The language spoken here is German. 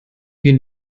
gehen